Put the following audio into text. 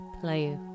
play